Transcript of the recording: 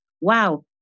wow